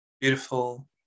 beautiful